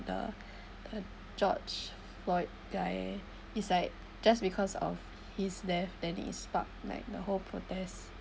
the george lloyd guy is like just because of his death then it sparks like the whole protest